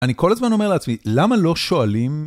אני כל הזמן אומר לעצמי, למה לא שואלים?